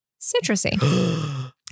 citrusy